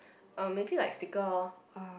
um maybe like sticker orh